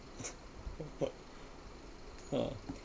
uh